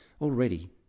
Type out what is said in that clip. Already